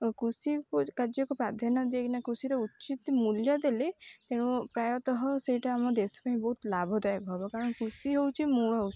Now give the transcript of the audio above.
କୃଷି କାର୍ଯ୍ୟକୁ ପ୍ରାଧ୍ୟାନ୍ୟ ଦେଇ କିନା କୃଷିର ଉଚିତ ମୂଲ୍ୟ ଦେଲେ ତେଣୁ ପ୍ରାୟତଃ ସେଇଟା ଆମ ଦେଶ ପାଇଁ ବହୁତ ଲାଭଦାୟକ ହବ କାରଣ କୃଷି ହେଉଛି ମୂଳ